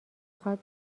خواد